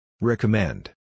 Recommend